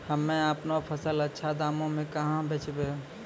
हम्मे आपनौ फसल अच्छा दामों मे कहाँ बेचबै?